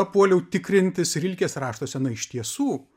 puoliau tikrintis rilkės raštuose na iš tiesų